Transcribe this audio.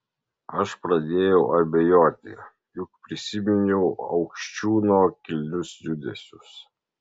aš pradėjau abejoti juk prisiminiau aukščiūno kilnius judesius